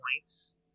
points